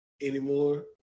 anymore